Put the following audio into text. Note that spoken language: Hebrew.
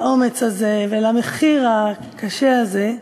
לאומץ הזה ולמחיר הקשה הזה,